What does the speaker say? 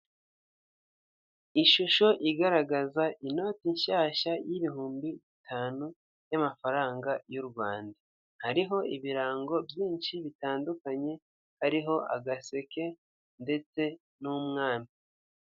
Ishusho igaragaza inoti nshyashya y'ibihumbi bitanu y'amafaranga y'u Rwanda. Hariho ibirango byinshi bitandukanye hariho agaseke ndetse n'umwana.